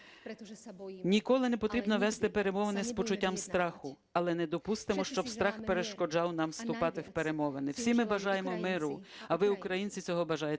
Ніколи не потрібно вести перемовини з почуттям страху, але не допустимо, щоби страх перешкоджав нам вступати в перемовини. Всі ми бажаємо миру, а ви, українці, цього бажаєте